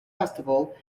festival